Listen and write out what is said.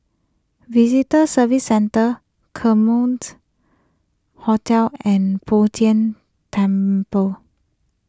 Visitor Services Centre Hotel and Bo Tien Temple